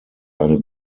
eine